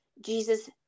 Jesus